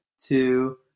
two